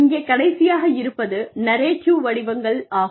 இங்கே கடைசியாக இருப்பது நெரேட்டிவ் வடிவங்கள் ஆகும்